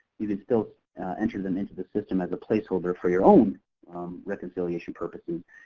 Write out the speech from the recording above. you can still enter them into the system as a placeholder for your own reconciliation purposes,